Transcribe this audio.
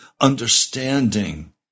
understanding